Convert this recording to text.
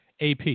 AP